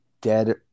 Dead